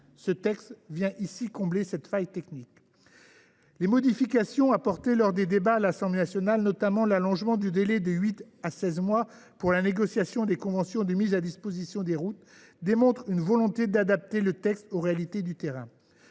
Ce texte vient combler cette faille technique. Les modifications apportées lors des débats à l’Assemblée nationale, notamment l’allongement du délai de huit à seize mois pour la négociation des conventions de mise à disposition des routes, démontrent une volonté d’adapter le texte aux réalités du terrain.